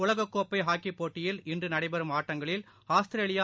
உலகக்கோப்பைஹாக்கிப் போட்டியில் இன்றுநடைபெறும் ஆட்டங்களில் ஆஸ்திரேலியா